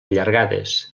allargades